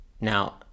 Now